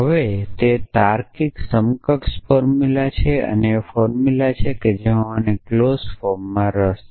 હવે તે લોજિકલી સમકક્ષ ફોર્મુલા છે એ ફોર્મુલા કે જેમાં મને ક્લોઝ ફોર્મમાં રસ છે